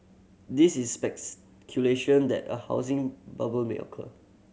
this is that a housing bubble may occur